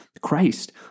Christ